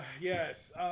Yes